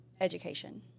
education